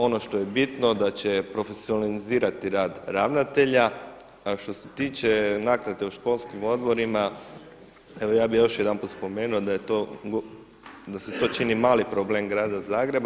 Ono što je bitno da će profesionalizirati rad ravnatelja, a što se tiče naknade u školskim odborima, evo ja bih još jedanput spomenuo da se to čini mali problem grada Zagreba.